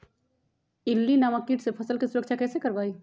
इल्ली नामक किट से फसल के सुरक्षा कैसे करवाईं?